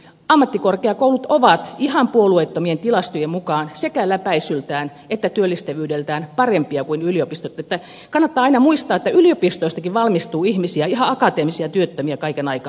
ammattikorkeakoulut ovat ihan puolueettomien tilastojen mukaan sekä läpäisyltään että työllistävyydeltään parempia kuin yliopistot että kannattaa aina muistaa että yliopistoistakin valmistuu ihmisiä ihan akateemisia työttömiä kaiken aikaa